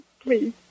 Please